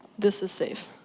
this is safe.